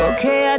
Okay